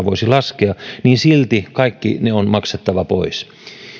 voisi laskea niin silti kaikki ne on maksettava pois